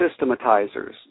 systematizers